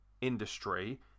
industry